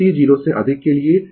तो यह vt होगा डीकेय हो रहा है